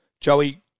Joey